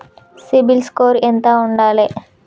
CIBIL score ఎంత ఉండాలే?